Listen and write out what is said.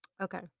Okay